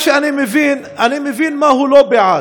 מה שאני מבין, אני מבין מה הוא לא בעד.